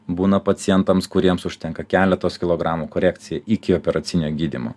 būna pacientams kuriems užtenka keletos kilogramų korekcija iki operacinio gydymo